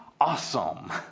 awesome